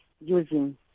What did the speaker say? using